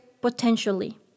potentially